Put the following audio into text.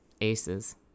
Aces